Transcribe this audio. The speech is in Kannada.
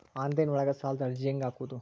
ಆನ್ಲೈನ್ ಒಳಗ ಸಾಲದ ಅರ್ಜಿ ಹೆಂಗ್ ಹಾಕುವುದು?